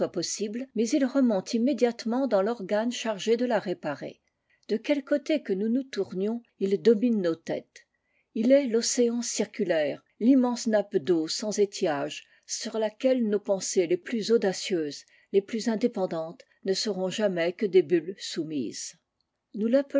possible mais il remonte immédiatement dans l'organe chargé de la réparer de quelque côté que nous nous tournions il domine nos têtes il est wan circulaire timmense nappe d'eau sans ge sur laquelle nos pensées les plus audaises les plus indépendantes ne seront lais que des bulles soumises nous